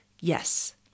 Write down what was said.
Yes